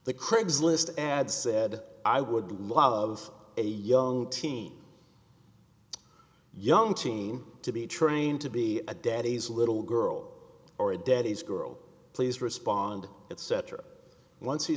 the craigslist ad said i would love a young teen young teen to be trained to be a daddy's little girl or a daddy's girl please respond etc once he